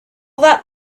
that